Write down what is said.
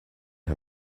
her